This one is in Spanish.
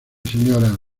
sra